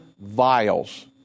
vials